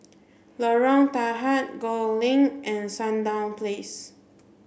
Lorong Tahar Gul Link and Sandown Place